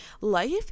Life